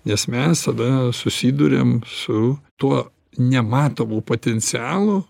nes mes tada susiduriam su tuo nematomu potencialu